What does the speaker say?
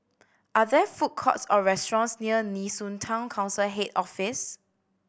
are there food courts or restaurants near Nee Soon Town Council Head Office